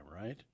right